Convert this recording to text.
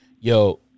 Yo